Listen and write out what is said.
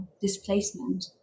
displacement